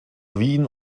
wien